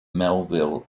melville